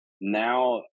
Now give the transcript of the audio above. now